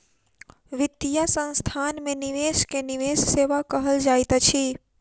वित्तीय संस्थान में निवेश के निवेश सेवा कहल जाइत अछि